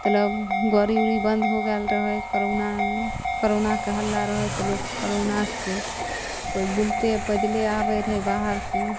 मतलब गड़ी उड़ी बन्द हो गेल रहै कोरोनामे कोरोनाके हल्ला रहै तऽ लोक कोरोना से कोइ बुलते पैदले आबै रहै बाहर से